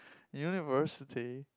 university